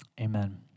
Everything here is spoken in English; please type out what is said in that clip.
amen